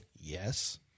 Yes